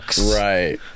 Right